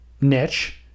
niche